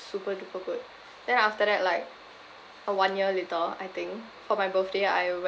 super duper good then after that like uh one year later I think for my birthday I went